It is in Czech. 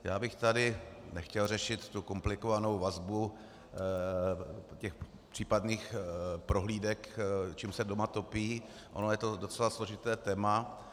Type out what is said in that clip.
Já bych tady nechtěl řešit tu komplikovanou vazbu případných prohlídek, čím se doma topí, ono je to docela složité téma.